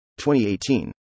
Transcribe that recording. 2018